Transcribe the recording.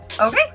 Okay